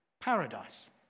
paradise